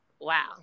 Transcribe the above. wow